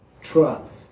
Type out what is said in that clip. Trust